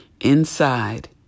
inside